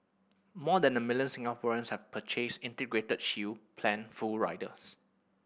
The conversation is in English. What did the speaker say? more than a million Singaporeans have purchased Integrated Shield Plan full riders